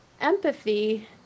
empathy